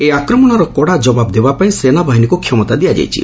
ଏହି ଆକ୍ରମଣର କଡ଼ା ଜବାବ ଦେବାପାଇଁ ସେନାବାହିନୀକୁ କ୍ଷମତା ଦିଆଯାଇଛି